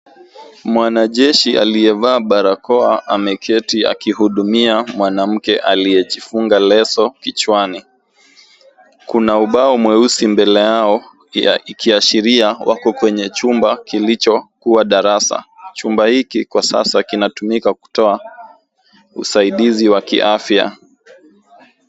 Mwanajeshi aliyevaa barakoa ameketi akihudumia mwanamke aliyejifunga leso kichwani. Kuna ubao mweusi mbele yao ikiashiria wako kwenye chumba kilichokuwa darasa. Chumba hiki kwa sasa kinatumika kutoa usaidizi wa kiafya.